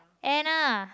Anna